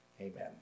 Amen